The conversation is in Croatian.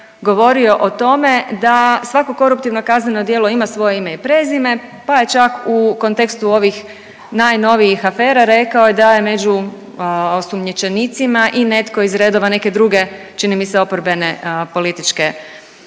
govorio o tome da svako koruptivno kazneno djelo ima svoje ime i prezime, pa je čak u kontekstu ovih najnovijih afera, rekao je da je među osumnjičenicima i netko iz redova neke druge, čini mi se, oporbene političke stranke,